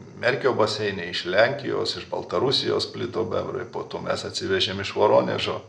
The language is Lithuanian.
merkio baseine iš lenkijos iš baltarusijos plito bebrai po to mes atsivežėm iš voronežo